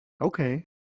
okay